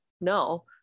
no